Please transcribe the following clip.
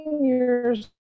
Years